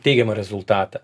teigiamą rezultatą